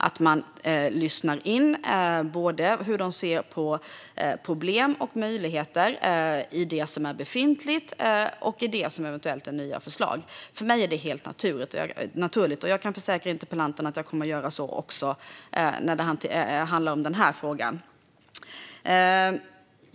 Vi måste lyssna in hur de ser på både problem och möjligheter i det som är befintligt och i eventuella nya förslag. För mig är detta helt naturligt, och jag kan försäkra interpellanten om att jag kommer att göra så också i denna fråga.